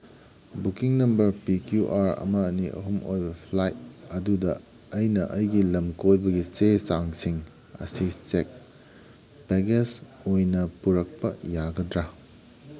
booking number P Q R ꯑꯃ ꯑꯅꯤ ꯑꯍꯨꯝ ꯑꯣꯏꯕ ꯐ꯭ꯂꯥꯏꯠ ꯑꯗꯨꯗ ꯑꯩꯅ ꯑꯩꯒꯤ ꯂꯝ ꯀꯣꯏꯕꯒꯤ ꯆꯦ ꯆꯥꯡꯁꯤꯡ ꯑꯁꯤ ꯆꯦꯛ ꯕꯦꯒꯦꯖ ꯑꯣꯏꯅ ꯄꯨꯔꯛꯄ ꯌꯥꯒꯗ꯭ꯔꯥ